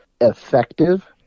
effective